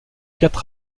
quatre